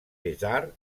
besar